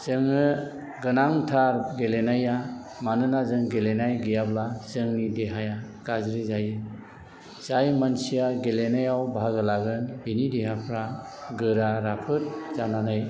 जोङाे गोनांथार गेलेनाया मानोना जाें गेलेनाय गैयाब्ला जाेंनि देहाया गाज्रि जायो जाय मानसिया गेलेनायाव बाहागो लागोन बेनि देहाफ्रा गोरा राफोद जानानै